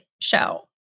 show